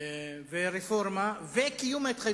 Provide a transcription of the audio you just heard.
ורפורמה וקיום ההתחייבויות.